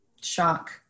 Shock